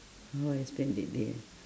how I spend that day ah